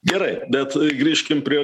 gerai bet grįžkim prie